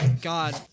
God